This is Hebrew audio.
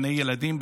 גני ילדים,